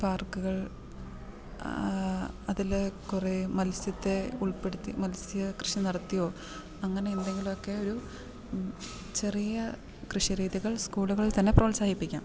പാർക്കുകൾ അതിൽ കുറെ മത്സ്യത്തെ ഉൾപ്പെടുത്തി മത്സ്യ കൃഷി നടത്തിയോ അങ്ങനെ എന്തെങ്കിലും ഒക്കെ ഒരു ചെറിയ കൃഷി രീതികൾ സ്കൂളുകൾ തന്നെ പ്രോത്സാഹിപ്പിക്കാം